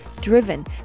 driven